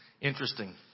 Interesting